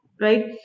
Right